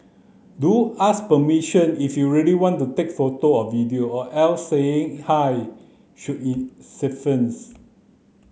do ask permission if you really want to take photo or video or else saying hi should in suffice